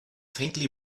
faintly